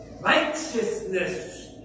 Righteousness